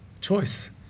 choice